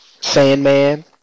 Sandman